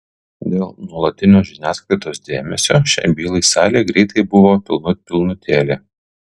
dėl nuolatinio žiniasklaidos dėmesio šiai bylai salė greitai buvo pilnut pilnutėlė